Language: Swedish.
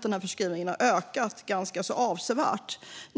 den här förskrivningen ökat avsevärt under pandemin.